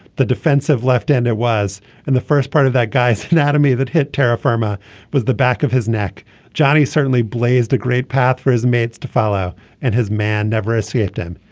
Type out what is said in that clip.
the defensive left and it was in and the first part of that guy's anatomy that hit terra firma was the back of his neck johnny certainly blazed a great path for his mates to follow and his man never escaped him.